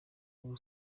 ubu